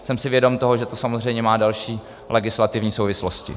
Jsem si vědom toho, že to samozřejmě má další legislativní souvislosti.